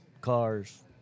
cars